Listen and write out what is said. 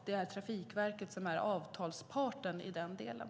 Det är Trafikverket som är avtalsparten i den delen.